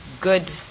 good